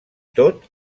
tot